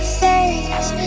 face